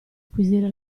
acquisire